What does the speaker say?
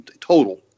total